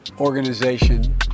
organization